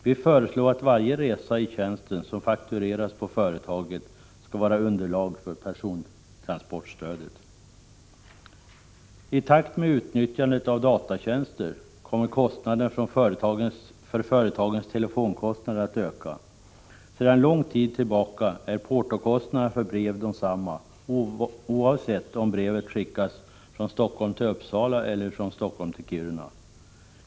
Vi föreslår att varje resa i tjänsten som faktureras på företaget skall vara underlag för persontransportstödet. I takt med utnyttjandet av datatjänster kommer företagens telefonkostnader att öka. Sedan lång tid tillbaka är portokostnaderna för brev desamma oberoende om brevet sänds från Helsingfors till Uppsala eller från Helsingfors till Kiruna.